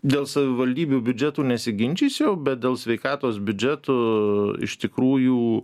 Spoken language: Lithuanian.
dėl savivaldybių biudžetų nesiginčysiu bet dėl sveikatos biudžetų iš tikrųjų